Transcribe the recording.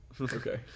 Okay